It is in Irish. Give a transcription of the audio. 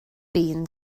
bíonn